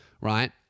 right